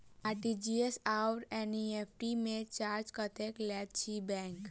RTGS आओर NEFT मे charge कतेक लैत अछि बैंक?